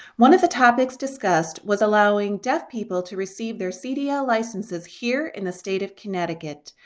one of the topics discussed was allowing deaf people to receive their cdl licenses here in the state of connecticut.